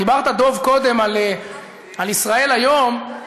דיברת, דב, קודם על "ישראל היום",